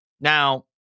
Now